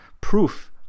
proof